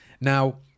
Now